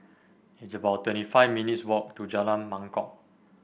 it's about twenty five minutes walk to Jalan Mangkok